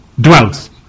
dwells